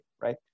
right